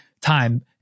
time